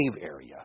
area